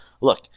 look